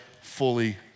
fully